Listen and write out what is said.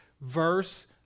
verse